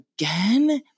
again